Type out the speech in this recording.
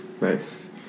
Nice